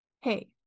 Hey